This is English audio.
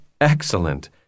Excellent